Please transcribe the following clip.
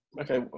Okay